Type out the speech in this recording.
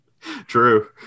True